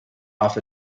off